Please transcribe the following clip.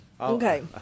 okay